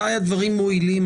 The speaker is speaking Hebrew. מתי הדברים מועילים,